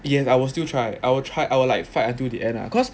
yes I will still try I'll try I will like fight until the end lah cause